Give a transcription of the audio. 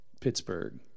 Pittsburgh